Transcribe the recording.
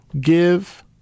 Give